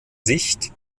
sicht